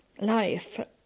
life